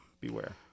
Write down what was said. beware